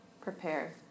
prepare